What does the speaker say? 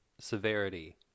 severity